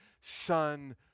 son